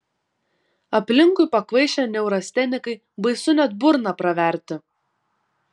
aplinkui pakvaišę neurastenikai baisu net burną praverti